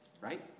right